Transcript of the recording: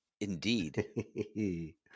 indeed